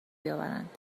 بیاورند